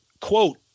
quote